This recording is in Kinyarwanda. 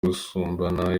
gusambana